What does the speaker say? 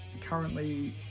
currently